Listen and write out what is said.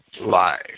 life